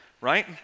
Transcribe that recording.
right